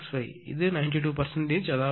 65 இது 92 அதாவது